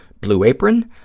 blue apron,